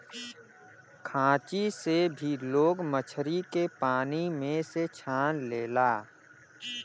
खांची से भी लोग मछरी के पानी में से छान लेला